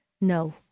no